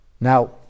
Now